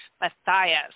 Matthias